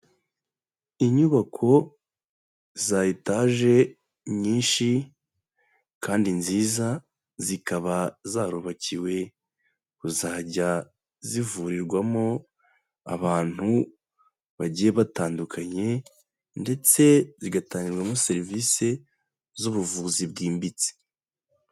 Inyubako za etaje nyinshi kandi nziza, zikaba zarubakiwe kuzajya zivurirwamo abantu bagiye batandukanye, ndetse zigatangirwamo serivise z'ubuvuzi bwimbitse.